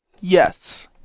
yes